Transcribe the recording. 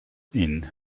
inn